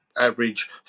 average